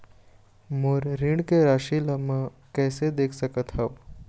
मोर ऋण के राशि ला म कैसे देख सकत हव?